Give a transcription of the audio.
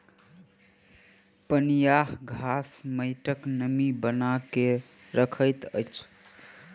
पनियाह घास माइटक नमी बना के रखैत अछि